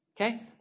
okay